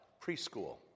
preschool